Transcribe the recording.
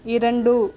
இரண்டு